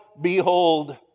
behold